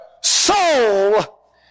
soul